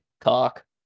cock